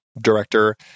director